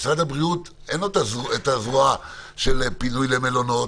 למשרד הבריאות אין את הזרוע של פינוי למלונות,